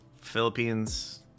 Philippines